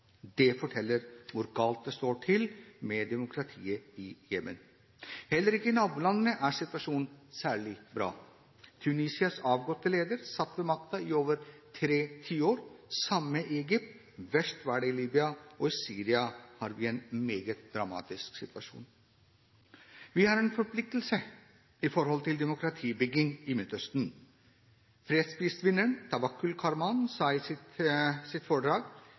det forteller hvor galt det står til med demokratiet i Jemen. Heller ikke i nabolandene er situasjonen særlig bra. Tunisias avgåtte leder satt ved makten i over tre tiår. Det var det samme i Egypt. Verst var det i Libya, og i Syria har vi en meget dramatisk situasjon. Vi har en forpliktelse i forhold til demokratibygging i Midtøsten. Fredsprisvinneren, Tawakkul Karman, sa i sitt